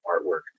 artwork